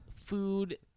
food